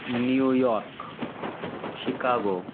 New York Chicago